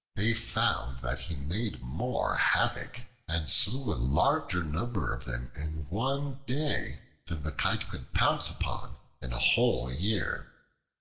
they found that he made more havoc and slew a larger number of them in one day than the kite could pounce upon in a whole year.